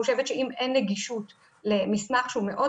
אני חושבת שאם אין נגישות למסמך שהוא מאוד